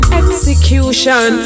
execution